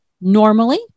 normally